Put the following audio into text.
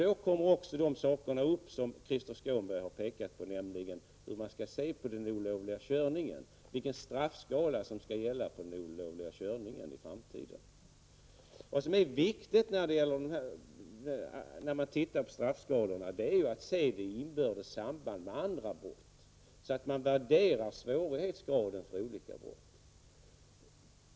Då kommer också de saker upp som Krister Skånberg har pekat på, nämligen vilken straffskala som i framtiden skall gälla för olovlig körning. Vad som är viktigt när man tittar på straffskalorna är ju att se det inbördes sambandet med andra brott, så att man värderar svårighetsgraden för olika brott.